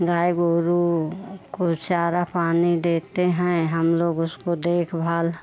गाय गोरू को चारा पानी देते हैं हम लोग उसकी देखभाल